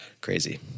crazy